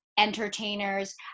entertainers